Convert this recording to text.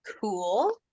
Cool